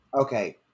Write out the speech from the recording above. Okay